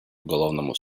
уголовному